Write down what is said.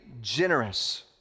generous